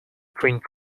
drink